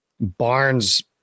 Barnes